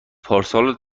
پارسال